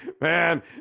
Man